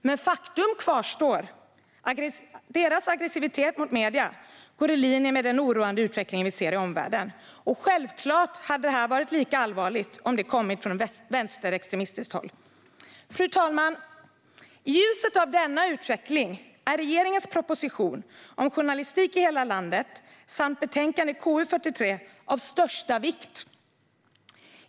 Men faktum kvarstår: Deras aggressivitet mot medierna går i linje med den oroande utveckling vi ser i omvärlden. Självklart hade det varit lika allvarligt om det kommit från vänsterextremistiskt håll. Fru talman! I ljuset av denna utveckling är regeringens proposition om journalistik i hela landet samt betänkandet KU43 av största vikt.